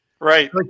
Right